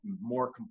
more